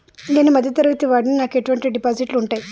నేను మధ్య తరగతి వాడిని నాకు ఎటువంటి డిపాజిట్లు ఉంటయ్?